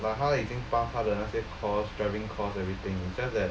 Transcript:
like 他已经 pass 他的那些 course driving course everything it's just that